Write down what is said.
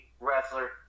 Wrestler